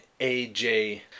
AJ